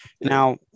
Now